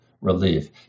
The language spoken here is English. relief